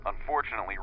Unfortunately